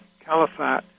caliphate